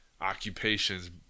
occupations